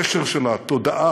הקשר של התודעה,